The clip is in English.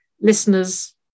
listeners